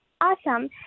Awesome